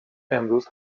امروز